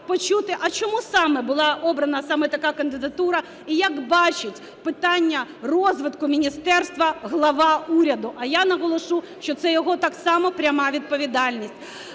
а чому саме була обрана саме така кандидатура і як бачить питання розвитку міністерства глава уряду. А я наголошу, що це його так само пряма відповідальність.